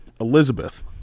Elizabeth